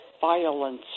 violence